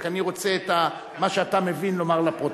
רק אני רוצה מה שאתה מבין לומר לפרוטוקול.